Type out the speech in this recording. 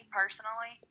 personally